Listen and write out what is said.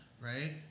right